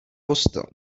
postel